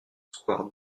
square